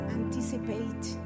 anticipate